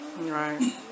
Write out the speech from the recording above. Right